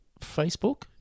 Facebook